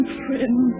friend